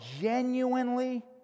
genuinely